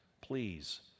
please